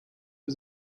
für